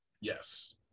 Yes